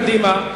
קדימה,